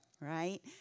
right